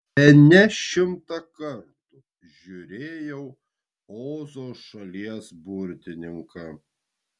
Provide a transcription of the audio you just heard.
bene šimtą kartų žiūrėjau ozo šalies burtininką